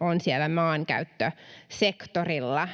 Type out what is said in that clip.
on siellä maankäyttösektorilla.